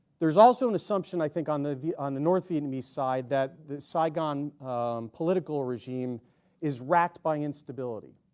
there's also an assumption i think on the the on the north vietnamese side that the saigon political regime is racked by instability